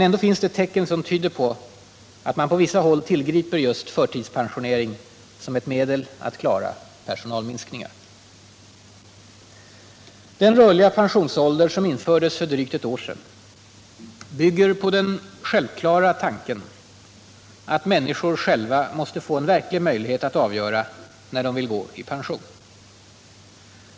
Ändå finns det tecken som tyder på att man på vissa håll tillgriper just förtidspensionering som ett medel att klara personalminskningar. för att främja sysselsättningen Den rörliga pensionsålder som infördes för drygt ett år sedan bygger på den självklara tanken, att människor själva måste få en verklig möjlighet att avgöra när de vill gå i pension.